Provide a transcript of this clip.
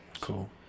Cool